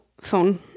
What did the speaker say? phone